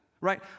right